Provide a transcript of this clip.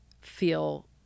feel